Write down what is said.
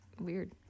weird